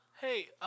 Hey